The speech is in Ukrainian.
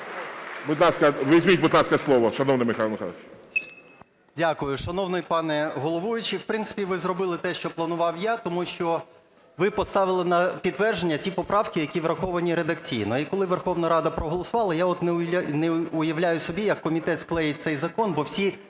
Візьміть, будь ласка, слово, шановний Михайло Миколайович. 11:39:43 ПАПІЄВ М.М. Дякую. Шановний пане головуючий, в принципі, ви зробили те, що планував я, тому що ви поставили на підтвердження ті поправки, які враховані редакційно. І коли Верховна Рада проголосувала, я от не уявляю собі, як комітет "склеїть" цей закон, бо всі,